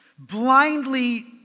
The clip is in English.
blindly